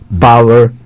power